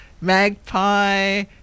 magpie